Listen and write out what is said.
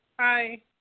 Hi